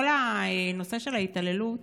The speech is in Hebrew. כל הנושא של ההתעללות,